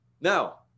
Now